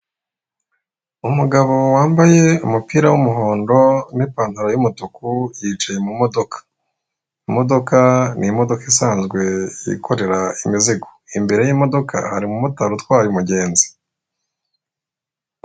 Umugabo wambaye umupira w'umuhondo n'ipantaro y'umutuku, yicaye mu modoka, imodoka, ni imodoka isanzwe yikorera imizigo, imbere y'imodoka hari umumotari utwaye umugenzi.